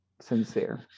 sincere